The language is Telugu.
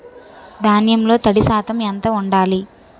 ధాన్యంలో తడి శాతం ఎంత ఉండాలి?